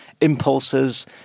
impulses